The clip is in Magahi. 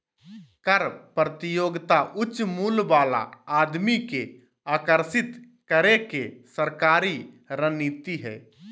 कर प्रतियोगिता उच्च मूल्य वाला आदमी के आकर्षित करे के सरकारी रणनीति हइ